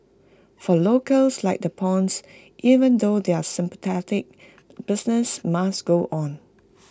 for locals like the Puns even though they're sympathetic business must go on